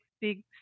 big